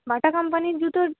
বাটা কাম্পানির জুতোর